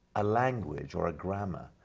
a language or a grammar,